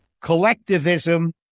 collectivism